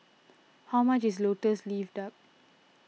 how much is Lotus Leaf Duck